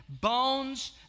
bones